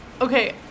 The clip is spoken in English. okay